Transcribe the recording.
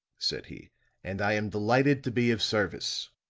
said he and i am delighted to be of service!